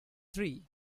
three